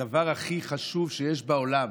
הדבר הכי חשוב שיש בעולם,